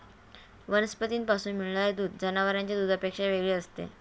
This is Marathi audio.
वनस्पतींपासून मिळणारे दूध जनावरांच्या दुधापेक्षा वेगळे असते